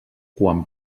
quan